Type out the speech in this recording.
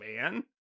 man